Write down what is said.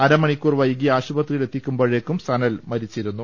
അരമണിക്കൂർ വൈകി ആശു പത്രിയിലെത്തിക്കുമ്പോഴേക്കും സനൽ മരിച്ചിരുന്നു